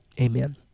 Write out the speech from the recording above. amen